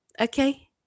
Okay